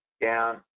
down